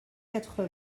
quatre